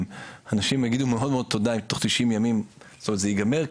אנשים יגידו מאוד מאוד תודה אם תוך 90 ימים זה ייגמר,